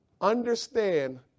Understand